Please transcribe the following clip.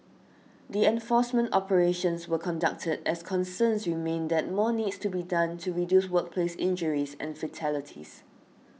the enforcement operations were conducted as concerns remain that more needs to be done to reduce workplace injuries and fatalities